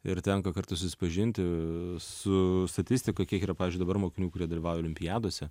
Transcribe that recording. ir tenka kartu susipažinti su statistika kiek yra pavyzdžiui dabar mokinių kurie dalyvauja olimpiadose